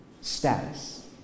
status